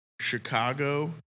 Chicago